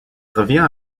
revient